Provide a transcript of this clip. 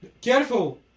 careful